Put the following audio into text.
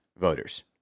voters